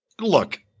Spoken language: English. look